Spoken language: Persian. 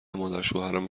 مادرشوهرم